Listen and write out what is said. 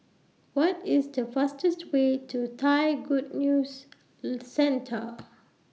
What IS The fastest Way to Thai Good News Centre